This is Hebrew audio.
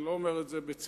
אני לא אומר את זה בציניות,